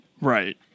Right